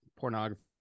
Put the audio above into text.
Pornography